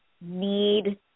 need